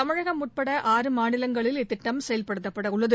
தமிழகம் உட்பட ஆறு மாநிலங்களில் இத்திட்டம் செயல்படுத்தப்பட உள்ளது